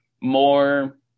more